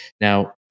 Now